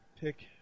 pick